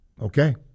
okay